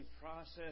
process